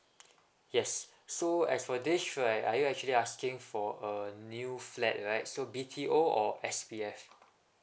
yes so as for this right are you actually asking for a new flat right so B_T_O or S_B_F